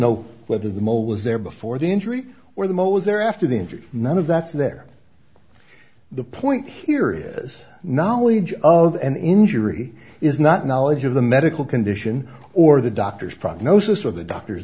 know whether the mole was there before the injury or the mole is there after the injury none of that's there the point here is knowledge of an injury is not knowledge of the medical condition or the doctor's prognosis or the doctor